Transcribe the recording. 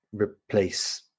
replace